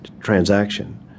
transaction